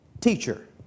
Teacher